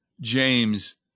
James